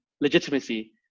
legitimacy